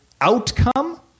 outcome